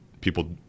people